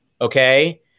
Okay